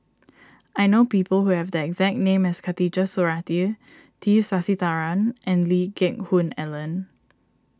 I know people who have the exact name as Khatijah Surattee T Sasitharan and Lee Geck Hoon Ellen